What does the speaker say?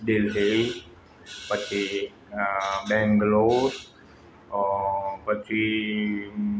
દિલ્હી પછી અં બેંગ્લોર અ પછી